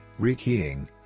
Rekeying